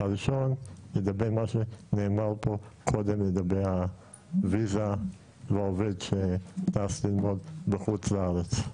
הראשון לגבי מה שנאמר פה קודם לגבי הוויזה והעובד שטס ללמוד בחוץ לארץ,